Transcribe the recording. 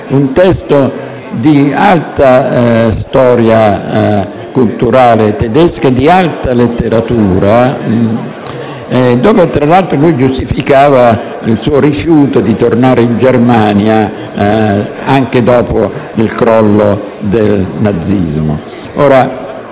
un testo di alta storia culturale tedesca e letteratura, dove tra l'altro giustificava il suo rifiuto di tornare in Germania anche dopo il crollo del nazismo.